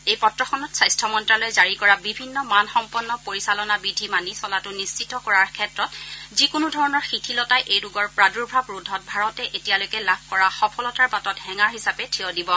এই পত্ৰখনত স্বাস্থ্য মন্ত্ৰালয়ে জাৰি কৰা বিভিন্ন মানসম্পন্ন পৰিচালনা বিধি মানি চলাটো নিশ্চিত কৰাৰ ক্ষেত্ৰত যি কোনো ধৰণৰ শিথিলতাই এই ৰোগৰ প্ৰাদুৰ্ভাব ৰোধত ভাৰতে এতিয়ালৈকে লাভ কৰা সফলতাৰ বাটত হেঙাৰ হিচাপে থিয় দিব